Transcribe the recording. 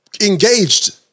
engaged